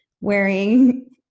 wearing